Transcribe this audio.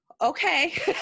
okay